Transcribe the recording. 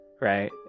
Right